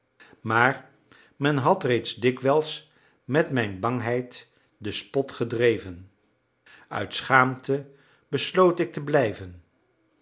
maar men had reeds dikwijls met mijn bangheid den spot gedreven uit schaamte besloot ik te blijven